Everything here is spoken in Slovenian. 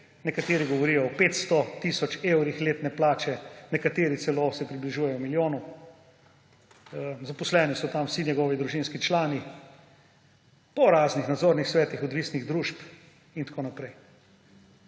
Nekateri govorijo o 500 tisoč evrih letne plače, nekateri se celo približujejo milijonu. Zaposleni so tam vsi njegovi družinski članih, po raznih nadzornih svetih odvisnih družb in tako naprej.